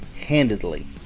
handedly